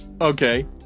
Okay